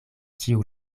ĉiu